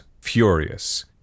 furious